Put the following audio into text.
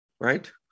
right